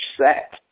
set